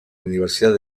universidad